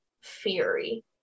fury